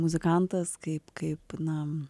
muzikantas kaip kaip na